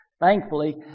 thankfully